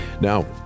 Now